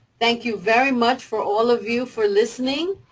thank you very much for all of you for listening.